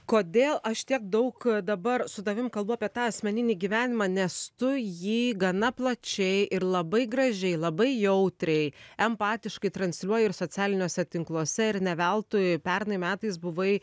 kodėl aš tiek daug dabar su tavim kalbu apie tą asmeninį gyvenimą nes tu jį gana plačiai ir labai gražiai labai jautriai empatiškai transliuoji ir socialiniuose tinkluose ir ne veltui pernai metais buvai